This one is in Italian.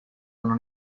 non